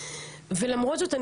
ולמרות זאת,